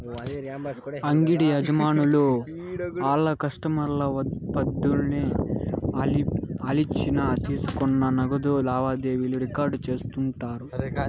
అంగిడి యజమానులు ఆళ్ల కస్టమర్ల పద్దుల్ని ఆలిచ్చిన తీసుకున్న నగదు లావాదేవీలు రికార్డు చేస్తుండారు